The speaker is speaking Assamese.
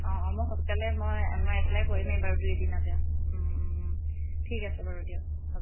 অঁ অঁ মই সোনকালে মই মই এপ্লাই কৰিমে বাৰু দুই এদিনতে ঠিক আছে বাৰু দিয়ক হ'ব